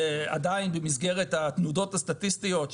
זה עדיין במסגרת התנודות הסטטיסטיות,